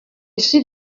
suis